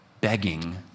begging